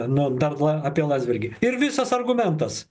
nu dar la apie landsbergį ir visas argumentas